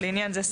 לעניין זה,